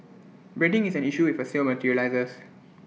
branding is an issue if A sale materialises